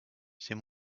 c’est